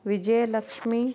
Vijayalakshmi